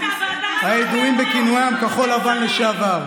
הידועים בכינוים כחול לבן לשעבר.